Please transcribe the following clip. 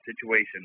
situation